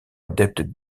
adeptes